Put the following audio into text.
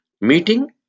Meeting